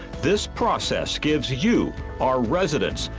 this process gives you, our residents,